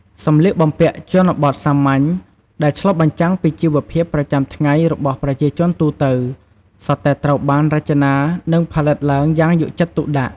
សម្លៀកបំពាក់ជនបទសាមញ្ញ ដែលឆ្លុះបញ្ចាំងពីជីវភាពប្រចាំថ្ងៃរបស់ប្រជាជនទូទៅ សុទ្ធតែត្រូវបាន រចនា និងផលិតឡើងយ៉ាងយកចិត្តទុកដាក់។